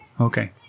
Okay